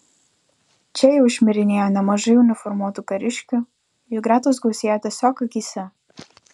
čia jau šmirinėjo nemažai uniformuotų kariškių jų gretos gausėjo tiesiog akyse